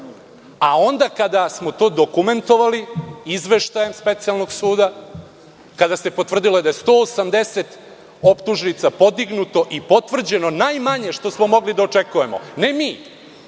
a onda kada smo to dokumentovali izveštajem specijalnog suda, kada se potvrdilo da je 180 optužnica podignuto i potvrđeno najmanje što smo mogli da očekujemo, ne mi,